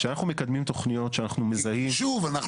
כשאנחנו מקדמים תוכניות שאנחנו מזהים --- שוב,